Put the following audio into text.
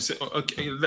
okay